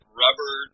rubber